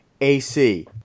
AC